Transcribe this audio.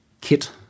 kit